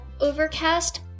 Overcast